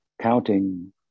counting